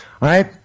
right